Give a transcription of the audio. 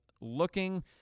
looking